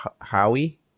Howie